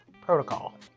protocol